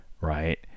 right